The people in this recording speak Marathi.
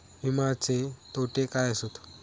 विमाचे तोटे काय आसत?